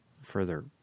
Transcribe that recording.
further